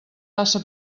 passa